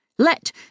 Let